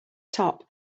top